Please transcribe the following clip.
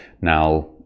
Now